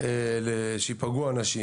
שייפגעו אנשים.